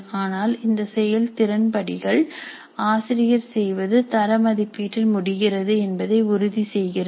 ஆனால் இந்த செயல் திறன் படிகள் ஆசிரியர் செய்வது தர மதிப்பீட்டில் முடிகிறது என்பதை உறுதி செய்கிறது